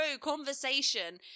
conversation